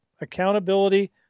Accountability